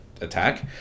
attack